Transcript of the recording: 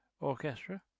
Orchestra